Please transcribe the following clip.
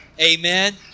Amen